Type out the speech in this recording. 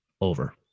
over